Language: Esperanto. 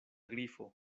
grifo